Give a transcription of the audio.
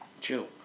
chill